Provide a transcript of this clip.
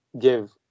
give